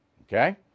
Okay